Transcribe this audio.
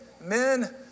men